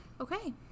Okay